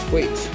Wait